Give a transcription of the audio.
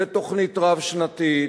בתוכנית רב-שנתית,